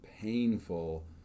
painful